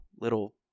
little